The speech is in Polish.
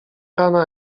rana